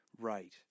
Right